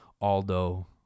Aldo